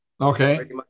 Okay